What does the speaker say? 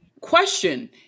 Question